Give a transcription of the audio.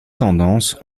tendances